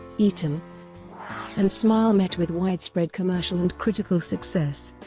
eat em and smile met with widespread commercial and critical success,